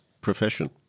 profession